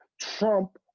Trump